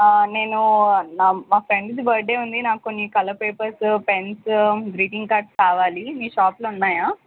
నేను నా మా ఫ్రెండ్ది బర్త్డే ఉంది నాకు కొన్ని colour papers pens greeting cards కావాలి మీ షాప్లో ఉన్నాయా